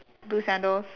blue sandals